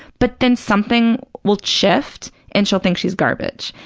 but then something will shift and she'll think she's garbage.